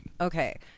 Okay